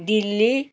Delhi